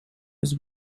was